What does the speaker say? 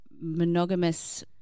monogamous